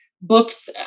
books